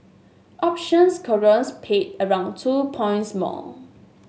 options cargoes paid around two points more